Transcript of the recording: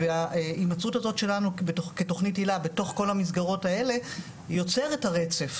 וההימצאות הזאת שלנו כתכנית הילה בתוך כל המסגרות האלה יוצרת את הרצף.